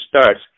starts